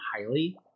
highly